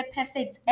Perfect